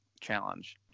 challenge